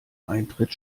eintritt